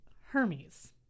Hermes